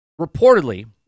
reportedly